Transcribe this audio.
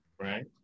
right